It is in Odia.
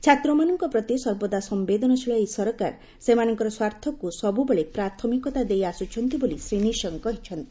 ଛାତ୍ରମାନଙ୍କ ପ୍ରତି ସର୍ବଦା ସମ୍ପେଦନଶୀଳ ଏଇ ସରକାର ସେମାନଙ୍କର ସ୍ୱାର୍ଥକୁ ସବୁବେଳେ ପ୍ରାଥମିକତା ଦେଇଆସୁଛନ୍ତି ବୋଲି ଶ୍ରୀ ନିଶଙ୍କ କହିଛନ୍ତି